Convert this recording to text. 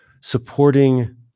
supporting